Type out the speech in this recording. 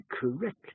correct